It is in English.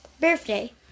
birthday